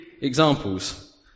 examples